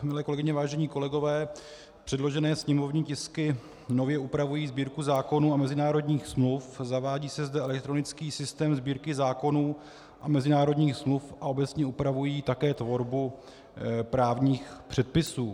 Milé kolegyně, vážení kolegové, předložené sněmovní tisky nově upravují Sbírku zákonů a mezinárodních smluv, zavádí se zde elektronický systém Sbírky zákonů a mezinárodních smluv a obecně upravují také tvorbu právních předpisů.